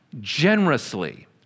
generously